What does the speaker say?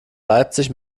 leipzig